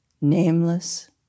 nameless